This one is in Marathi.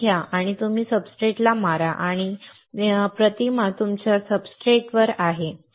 तुम्ही ते घ्या तुम्ही सब्सट्रेट ला मारा आणि नमुना तुमच्या सब्सट्रेट वर आहे